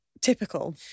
typical